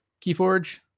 Keyforge